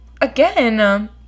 again